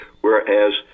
whereas